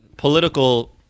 political